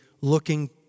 looking